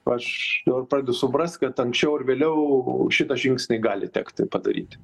aš dabar pradedu suprast kad anksčiau ar vėliau šitą žingsnį gali tekti padaryti